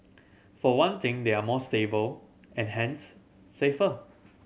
for one thing they are more stable and hence safer